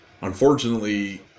unfortunately